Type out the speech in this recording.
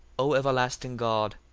o everlasting god,